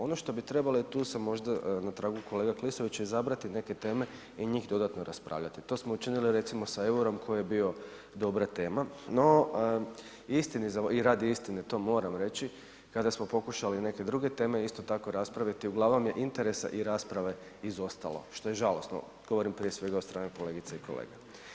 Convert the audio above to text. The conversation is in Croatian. Ono što bi trebali, a tu su možda na tragu kolega Klisović, izabrati neke teme i njih dodatno raspravljati, to smo učinili recimo sa EUR-om koji je bio dobra tema, no istini za i radi istine to moram reći, kada smo pokušali neke druge teme isto tako raspraviti uglavnom je interesa i rasprave izostalo, što je žalosno, govorim prije svega od strane kolegica i kolega.